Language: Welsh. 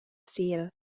sul